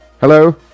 Hello